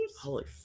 Holy